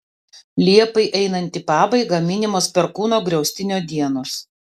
liepai einant į pabaigą minimos perkūno griaustinio dienos